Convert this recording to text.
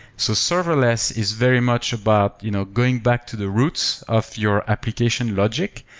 so serverless is very much about you know going back to the roots of your application logic,